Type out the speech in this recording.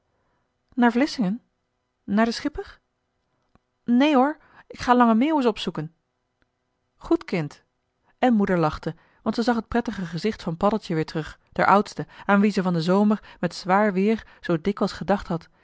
vlissingen naar den schipper neen hoor k ga lange meeuwis opzoeken goed kind en moeder lachte want ze zag het prettige gezicht van paddeltje weer terug d'r oudste aan wien ze van den zomer met zwaar weer zoo dikwijls gedacht had